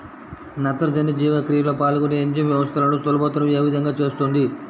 నత్రజని జీవక్రియలో పాల్గొనే ఎంజైమ్ వ్యవస్థలను సులభతరం ఏ విధముగా చేస్తుంది?